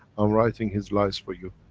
i'm writing his lies for you.